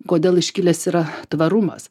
kodėl iškilęs yra tvarumas